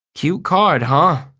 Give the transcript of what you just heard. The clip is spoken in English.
cute card, huh?